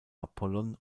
apollon